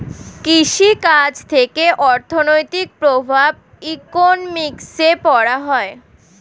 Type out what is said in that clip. কৃষি কাজ থেকে অর্থনৈতিক প্রভাব ইকোনমিক্সে পড়া হয়